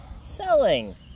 selling